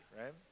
right